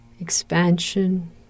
expansion